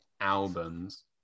albums